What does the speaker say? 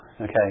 Okay